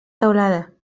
teulada